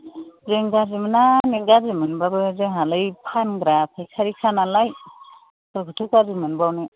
जों गाज्रि मोना नों गाज्रि मोनबाबो जोंहालाय फानग्रा फायखारिखा नालाय माखौथो गाज्रि मोनबावनो